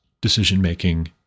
decision-making